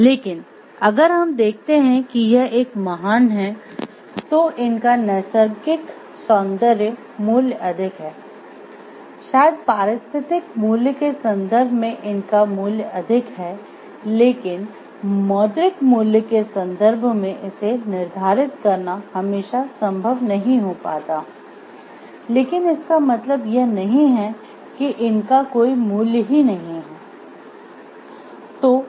लेकिन अगर हम देखते हैं कि यह एक महान है तो इनका नैसर्गिक सौंदर्य मूल्य अधिक है शायद पारिस्थितिक मूल्य के संदर्भ में इनका मूल्य अधिक है लेकिन मौद्रिक मूल्य के संदर्भ में इसे निर्धारित करना हमेशा संभव नहीं हो पाता लेकिन इसका मतलब यह नहीं है इनका कोई मूल्य ही नहीं है